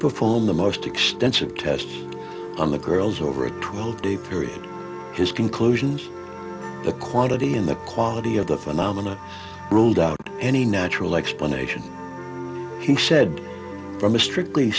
performed the most extensive tests on the girls over a twelve day period his conclusions the quantity in the quality of the phenomena ruled out any natural explanation he said from a strictly